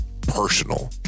personal